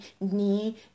knee